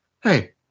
hey